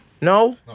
No